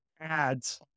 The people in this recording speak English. ads